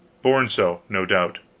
born so, no doubt.